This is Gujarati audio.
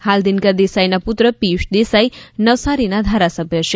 હાલ દિનકર દેસાઈના પુત્ર પિયુષ દેસાઈ નવસારીના ધારાસભ્ય છે